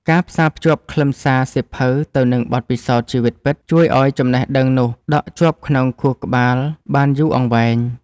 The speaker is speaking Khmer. ការផ្សារភ្ជាប់ខ្លឹមសារសៀវភៅទៅនឹងបទពិសោធន៍ជីវិតពិត ជួយឱ្យចំណេះដឹងនោះដក់ជាប់ក្នុងខួរក្បាលបានយូរអង្វែង។